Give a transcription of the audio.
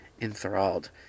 enthralled